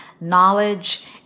knowledge